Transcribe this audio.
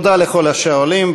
תודה לכל השואלים.